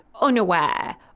unaware